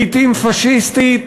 לעתים פאשיסטית,